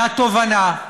מהתובנה,